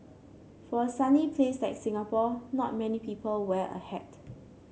for a sunny place like Singapore not many people wear a hat